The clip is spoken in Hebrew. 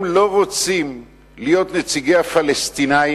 הם לא רוצים להיות נציגי הפלסטינים,